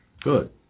Good